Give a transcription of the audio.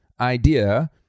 idea